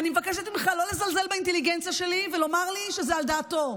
אני מבקשת ממך לא לזלזל באינטליגנציה שלי ולומר לי שזה על דעתו,